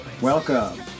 Welcome